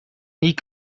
nie